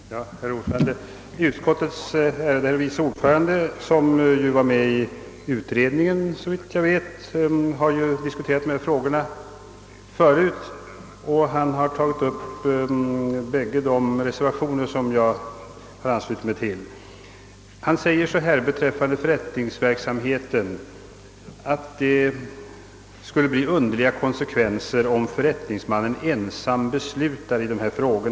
Herr talman! Utskottets ärade vice ordförande, som ju deltog i utredningen, har i sitt anförande tagit upp de båda reservationer som jag anslutit mig till. Han säger att det skulle få underliga konsekvenser om förrättningsmannen ensam beslutade i dessa frågor.